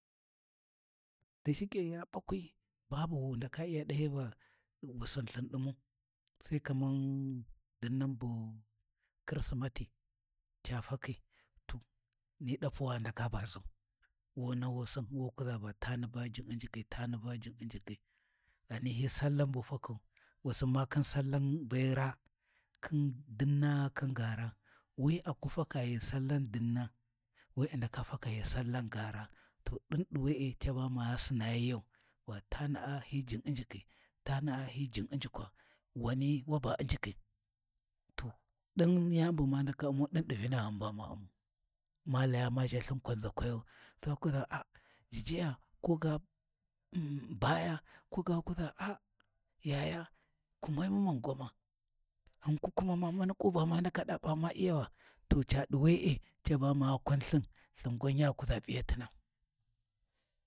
To da shike ya ɓakwi babu wu ndaka Iya dahiyi Va wu Sinlthin ɗimu, sai kaman dinnan bu khirsimati ca fakhi to ni ɗapuwa ndaka ba ʒau, wu nahusin wu kuʒa Va tani ba jin U'njikhi, tani ba Jin U'njikhi ghani hi Sallan bu fakau wusin makhin sallan be raa khin dinna khin gaara wi aku faka ghi sallan dinna, wi a ndaka faka ghi sallan gaara, to ɗin ɗi we’e caba ma sina yiyau, Va tani hi Jin u'njiki tana’a hi Jin U'njukwa wani waba U'njikhi to ɗin yani bu ma ndaka umau ɗin ɗi Vinaghun ba ma Umau, ma laya ma ʒhalthin kwanʒakwayu Sai wa kuʒa a jijiya ko ga baaya ko ga wa kuʒa a yaya kume mu mun gwama, hin ku kumama mani ƙu ba ma ndaka P’a ma Iyawa, to cadi we’e caba ma kunlthin lthin gwan ya kuʒa P’iyatina.